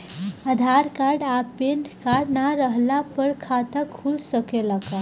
आधार card आ PAN card ना रहला पर खाता खुल सकेला का?